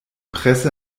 presse